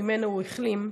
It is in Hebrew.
שממנו הוא החלים,